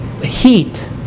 heat